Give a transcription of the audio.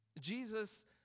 Jesus